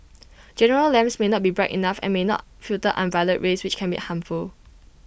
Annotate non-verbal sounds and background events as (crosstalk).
(noise) general lamps may not be bright enough and may not filter ultraviolet rich which can be harmful